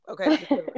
okay